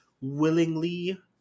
willingly